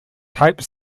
type